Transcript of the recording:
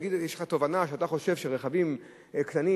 יש לך תובנה ואתה חושב שרכבים קטנים,